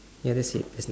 ya that's it